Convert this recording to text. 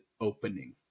opening